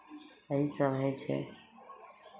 एही सभ होइ छै